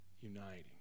uniting